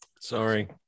Sorry